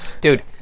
Dude